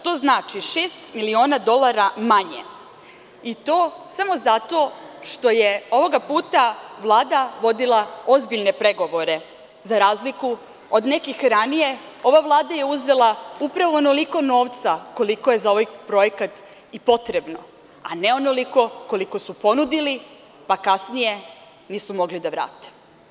To znači šest miliona dolara manje i to samo zato što je ovog puta Vlada vodila ozbiljne pregovore, za razliku od nekih ranije, ova Vlada je uzela upravo onoliko novca koliko je za ovaj projekat potrebno, a ne onoliko koliko su ponudili, pa kasnije nisu mogli da vrate.